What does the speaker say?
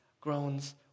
groans